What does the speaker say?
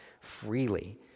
freely